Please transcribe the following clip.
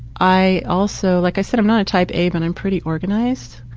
i also, like i said, i'm not a type a but i'm pretty organized.